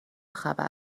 خبر